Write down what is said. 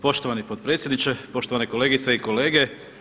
Poštovani potpredsjedniče, poštovane kolegice i kolege.